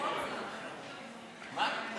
גפני, אתה